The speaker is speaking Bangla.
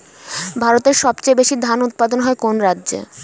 ভারতের সবচেয়ে বেশী ধান উৎপাদন হয় কোন রাজ্যে?